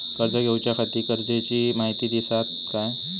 कर्ज घेऊच्याखाती गरजेची माहिती दितात काय?